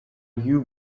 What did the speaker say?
you